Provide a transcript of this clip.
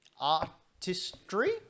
artistry